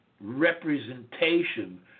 representation